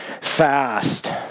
fast